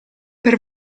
per